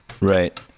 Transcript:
Right